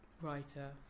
writer